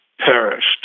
perished